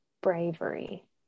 bravery